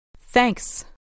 Thanks